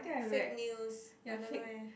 fake news I don't know eh